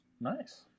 Nice